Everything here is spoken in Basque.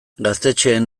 gaztetxeen